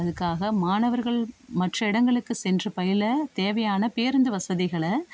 அதுக்காக மாணவர்கள் மற்ற இடங்களுக்கு சென்று பயில தேவையான பேருந்து வசதிகளை